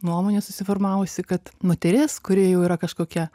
nuomonė susiformavusi kad moteris kuri jau yra kažkokia